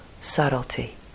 subtlety